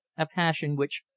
a passion which,